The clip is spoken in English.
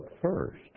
first